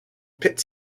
pit